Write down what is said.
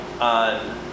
on